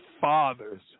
fathers